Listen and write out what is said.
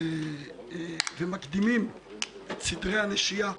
וגם לחבר הכנסת